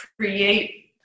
create